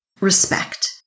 respect